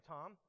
Tom